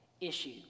issue